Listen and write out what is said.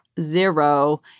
Zero